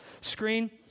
screen